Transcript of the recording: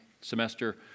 semester